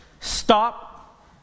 Stop